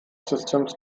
systems